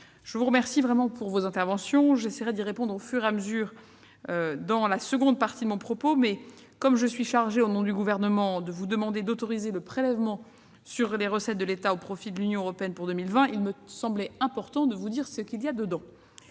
je vous remercie de vos interventions. J'essaierai d'y répondre dans la seconde partie de mon propos, mais, comme je suis chargée, au nom du Gouvernement, de vous demander d'autoriser le prélèvement sur les recettes de l'État au profit de l'Union européenne pour 2020, il me semble important de vous dire au préalable